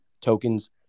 tokens